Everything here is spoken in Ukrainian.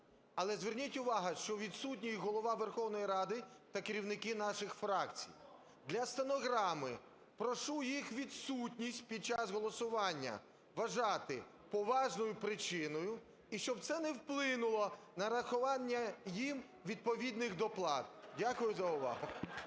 Але зверніть увагу, що відсутній Голова Верховної Ради та керівники наших фракцій. Для стенограми: прошу їх відсутність під час голосування вважати поважною причиною і щоб це не вплинуло на нарахування їм відповідних доплат. Дякую за увагу.